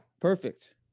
perfect